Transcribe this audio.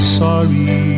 sorry